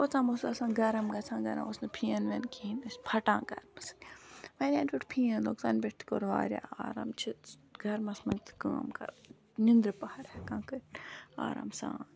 اوٚتام اوس آسان گَرم گَژھان گَرا اوس نہٕ پِھین وین کِہیٖنۍ ٲسۍ پَھٹان گَرمہٕ سۭتۍ وۄنۍ یَنہٕ پٮ۪ٹھ لوٛگ تَنہٕ پٮ۪ٹھ کوٚر واریاہ آرام چھِ گَرمَس منٛز تہٕ کٲم کَران نِندرِ پَہر ہیکان کٔرِتھ آرام سان